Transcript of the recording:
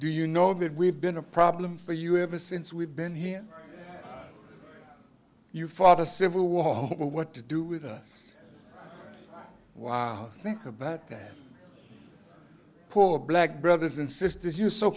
you know that we've been a problem for you ever since we've been here you fought a civil war what to do with us think about that poor black brothers and sisters you so